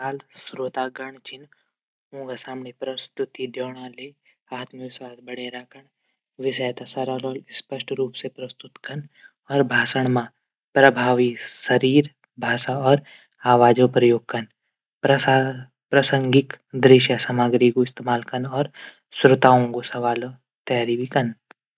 विशाल श्रोतागण छन ऊंकी समणी पस्तुति दिण्यूली आत्मविश्वास बणै रखण।।विषय तै सरल और स्पष्ट रूप से पस्तुत कन। भाषण मा प्रभावशाली भाषा और आवाजो प्रयोग कन प्रासंगिक दृश्य सामग्री इस्तेमाल कन और श्रोताओं सवालों तैयारी भी कन।